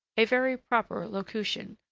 a very proper locution,